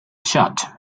shut